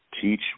teach